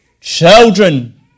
Children